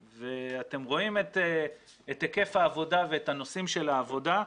אתם רואים את היקף העבודה ואת הנושאים של העבודה,